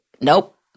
nope